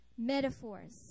Metaphors